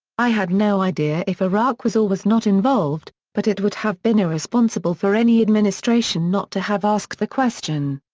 i had no idea if iraq was or was not involved, but it would have been irresponsible for any administration not to have asked the question.